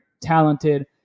talented